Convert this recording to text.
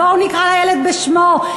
בואו נקרא לילד בשמו,